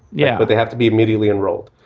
yeah, but they have to be immediately enrolled.